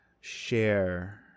share